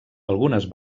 algunes